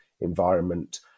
environment